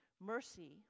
Mercy